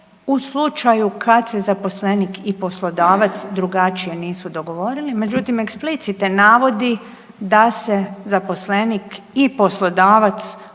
u slučaju kad se zaposlenik i poslodavac drugačije nisu dogovorili međutim explicite navodi da se zaposlenik i poslodavac